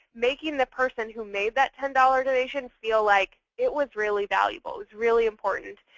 making the person who made that ten dollars donation feel like it was really valuable. it was really important.